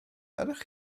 ydych